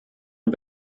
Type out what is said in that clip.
und